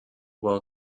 will